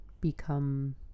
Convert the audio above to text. become